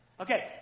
Okay